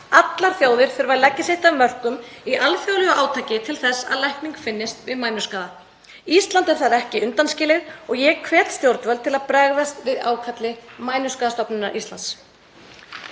Allar þjóðir þurfa að leggja sitt af mörkum í alþjóðlegu átaki til þess að lækning finnist við mænuskaða. Ísland er þar ekki undanskilið og ég hvet stjórnvöld til að bregðast við ákalli Mænuskaðastofnunar Íslands.